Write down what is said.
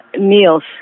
meals